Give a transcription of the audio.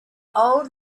old